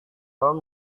tom